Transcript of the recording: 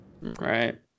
right